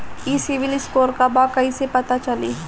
ई civil score का बा कइसे पता चली?